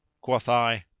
quoth i,